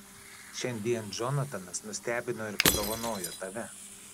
šiandien džonatanas nustebino ir padovanojo tave